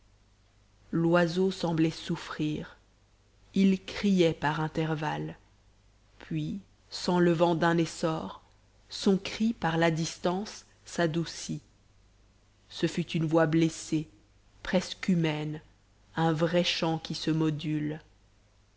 l'oiseau semblait souffrir il criait par intervalles puis s'enlevant d'un essor son cri par la distance s'adoucit ce fut une voix blessée presque humaine un vrai chant qui se module